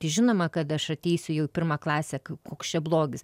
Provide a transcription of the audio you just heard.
žinoma kad aš ateisiu jau į pirmą klasę koks čia blogis